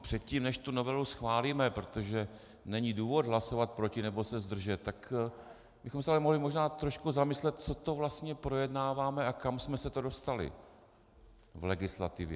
Předtím, než tu novelu schválíme, protože není důvod hlasovat proti nebo se zdržet, tak bychom se ale mohli možná trošku zamyslet, co to vlastně projednáváme a kam jsme se to dostali v legislativě.